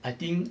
I think